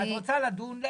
את רוצה לדון?